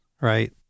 Right